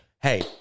hey